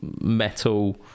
metal